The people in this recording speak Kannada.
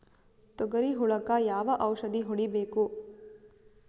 ತೊಗರಿ ಹುಳಕ ಯಾವ ಔಷಧಿ ಹೋಡಿಬೇಕು?